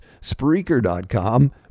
Spreaker.com